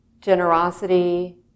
generosity